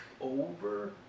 over